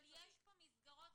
אבל יש פה מסגרות,